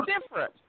different